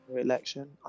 election